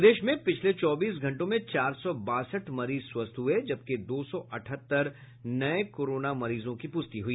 प्रदेश में पिछले चौबीस घंटों में चार सौ बासठ मरीज स्वस्थ हुए जबकि दो सौ अठहत्तर नए कोरोना मरीजों की पुष्टि हुई